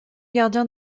gardien